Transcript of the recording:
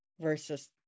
versus